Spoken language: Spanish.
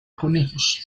conejos